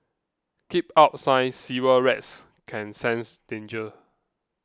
keep out sign Sewer rats can sense danger